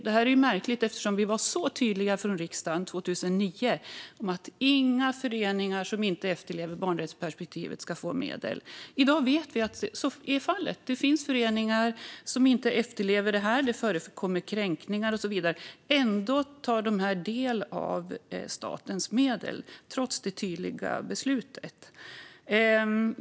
Detta är märkligt eftersom riksdagen var så tydlig 2009 om att inga föreningar som inte efterlever barnrättsperspektivet ska få medel. Vi vet att det finns föreningar som inte efterlever detta och att det förekommer kränkningar och så vidare. Ändå tar dessa föreningar del av statens medel, trots det tydliga beslutet.